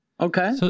Okay